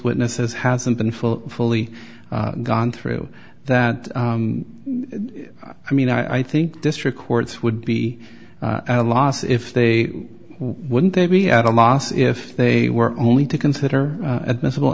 witnesses hasn't been fully fully gone through that i mean i think district courts would be a loss if they wouldn't they be at a loss if they were only to consider admissible